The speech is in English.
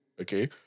Okay